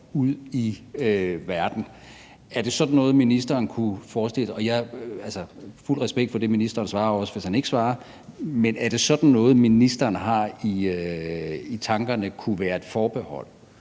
ud i verden. Er det sådan noget, ministeren kunne forestille sig? Fuld respekt for det, ministeren svarer, og også, hvis han ikke svarer, men er det sådan noget, ministeren har i tankerne kunne være et forbehold?